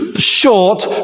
Short